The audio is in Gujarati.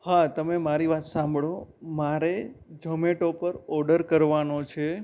હા તમે મારી વાત સાંભળો મારે જોમેટો પર ઓર્ડર કરવાનો છે